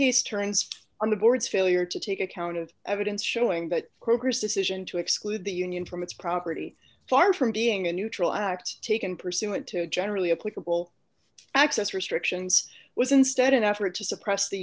case turns on the board's failure to take account of evidence showing but progress decision to exclude the union from its property far from being a neutral act taken pursuant to a generally a political access restrictions was instead an effort to suppress the